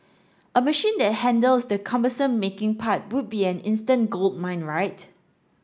a machine that handles the cumbersome 'making' part would be an instant goldmine right